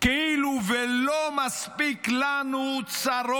כאילו אין לנו מספיק צרות,